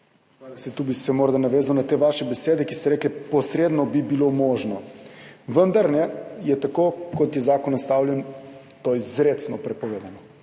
Hvala. Saj tu bi se morda navezal na te vaše besede, ko ste rekli, posredno bi bilo možno, vendar je tako, kot je zakon nastavljen, to izrecno prepovedano.